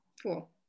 Cool